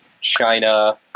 China